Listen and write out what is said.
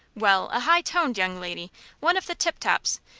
well, a high-toned young lady one of the tip-tops,